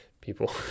people